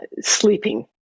sleeping